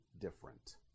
different